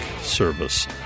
Service